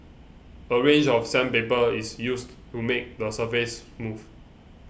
a range of sandpaper is used to make the surface smooth